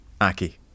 Aki